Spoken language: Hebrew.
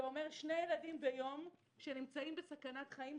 זה אומר שני ילדים ביום שנמצאים בסכנת חיים.